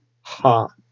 ha